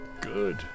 good